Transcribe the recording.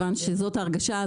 וכיוון שזאת ההרגשה,